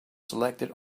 selected